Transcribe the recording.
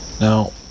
Now